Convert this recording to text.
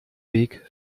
weg